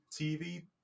TV